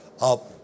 up